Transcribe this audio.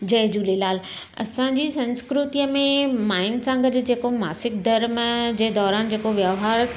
जय झूलेलाल असांजी संस्कृति में माइन सां गॾु जेको मासिक धर्म जे दौरानि जेको वहिंवार